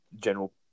general